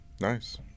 Nice